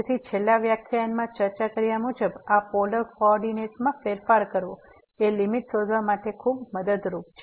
તેથી છેલ્લા વ્યાખ્યાનમાં ચર્ચા કર્યા મુજબ આ પોલર કોઓર્ડીનેટ્સ માં ફેરફાર કરવો એ લીમીટ શોધવા માટે ખૂબ મદદરૂપ છે